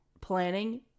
planning